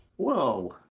whoa